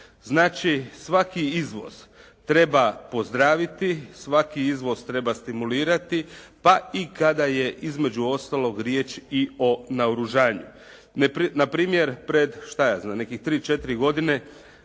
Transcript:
Znači svaki izvoz treba pozdraviti, svaki izvoz treba stimulirati pa i kada je između ostalog riječ i o naoružanju. Na primjer pred nekih šta ja znam,